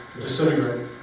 disintegrate